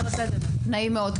נעים מאוד,